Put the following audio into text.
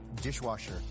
dishwasher